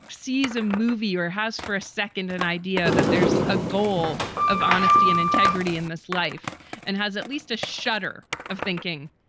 sees a movie or has for a second an idea that there's a goal of honesty and integrity in this life and has at least a shudder of thinking,